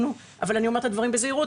אבל אני אומרת את הדברים בזהירות,